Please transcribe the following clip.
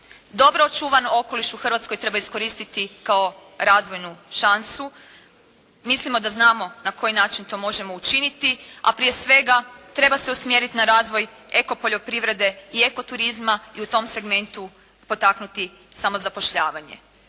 Dobro očuvan okoliš u Hrvatskoj treba iskoristiti kao razvojnu šansu. Mislimo da znamo na koji način to možemo učiniti. A prije svega treba se usmjerit na razvoj ekopoljoprivrede i ekoturizma i u tom segmentu potaknuti samozapošljavanje.